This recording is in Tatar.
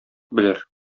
белер